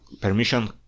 permission